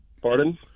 Pardon